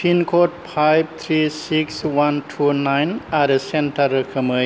पिनक'ड five three six one two nine आरो centre रोखोमै